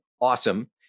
awesome